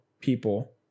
people